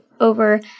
over